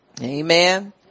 amen